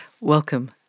welcome